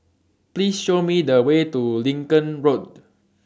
Please Show Me The Way to Lincoln Road